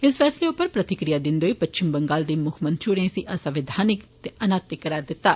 इस फैसले उप्पर प्रतिक्रिया दिन्दे होई पच्छम बंगाल दी मुक्खमंत्री होई इसी असंवैधानिक ते अनैतिक करार दित्ता